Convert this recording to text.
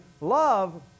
love